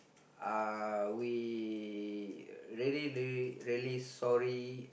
uh we really really really sorry